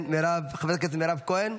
חברת הכנסת מירב כהן,